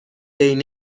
بین